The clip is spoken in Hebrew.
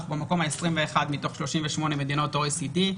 אנחנו במקום ה-21 מתוך 38 מדינות ה-OECD,